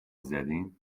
زدین